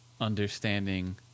understanding